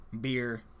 beer